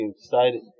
excited